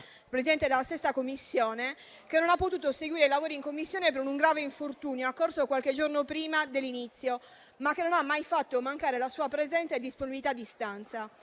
presidente Garavaglia, che non ha potuto seguire i lavori in Commissione per un grave infortunio occorso qualche giorno prima dell'inizio, ma che non ha mai fatto mancare la sua presenza e disponibilità a distanza.